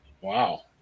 Wow